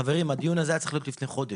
חברים, הדיון הזה היה צריך להיות לפני חודש.